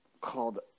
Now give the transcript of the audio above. called